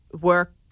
work